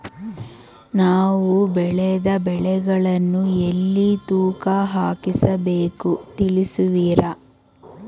ನಾವು ಬೆಳೆದ ಬೆಳೆಗಳನ್ನು ಎಲ್ಲಿ ತೂಕ ಹಾಕಿಸಬೇಕು ತಿಳಿಸುವಿರಾ?